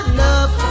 love